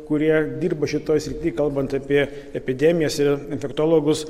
kurie dirba šitoj srity kalbant apie epidemijas ir infektologus